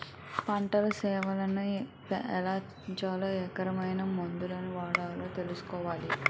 పంటసేలని ఎలాపెంచాలో ఏరకమైన మందులు వాడాలో తెలుసుకోవాలి